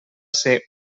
ser